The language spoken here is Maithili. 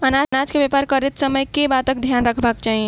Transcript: अनाज केँ व्यापार करैत समय केँ बातक ध्यान रखबाक चाहि?